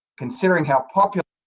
considering how popular